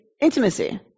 intimacy